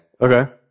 Okay